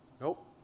Nope